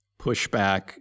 pushback